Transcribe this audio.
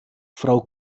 frau